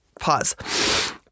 Pause